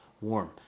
warm